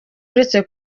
uretse